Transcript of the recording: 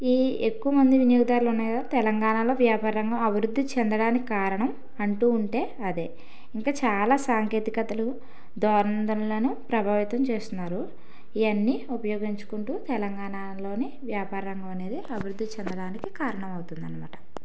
ఈ ఎక్కువ మంది వినియోగదాలు ఉన్నది తెలంగాణలో వ్యాపారంగం అభివృద్ధి చెందడానికి కారణం అంటూ ఉంటే అదే ఇంకా చాలా సాంకేతికతలు దూనందనలను ప్రభావితం చేస్తున్నారు ఇవన్నీ ఉపయోగించుకుంటూ తెలంగాణలోని వ్యాపార రంగం అనేది అభివృద్ధి చెందడానికి కారణం అవుతుంది అన్నమాట